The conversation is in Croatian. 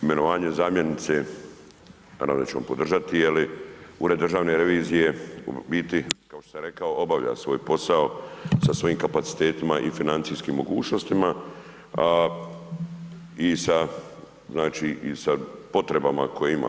Imenovanje zamjenice, naravno da ćemo podržati jer Ured državne revizije u biti kao što sam rekao obavlja svoj posao sa svojim kapacitetima i financijskim mogućnostima a i sa znači i sa potreba koje ima.